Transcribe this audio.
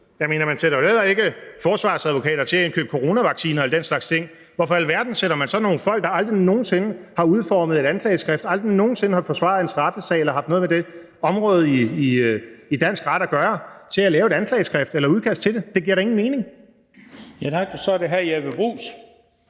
Jeg mener: Man sætter jo heller ikke forsvarsadvokater til at indkøbe coronavacciner eller den slags ting. Hvorfor i alverden sætter man så nogle folk, der aldrig nogen sinde har udformet et anklageskrift, aldrig nogen sinde har forsvaret en straffesag eller haft noget med det område i dansk ret at gøre, til at lave et anklageskrift eller udkast til det? Det giver da ingen mening. Kl. 14:43 Den fg. formand (Bent